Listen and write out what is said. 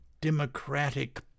democratic